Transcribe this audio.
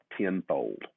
tenfold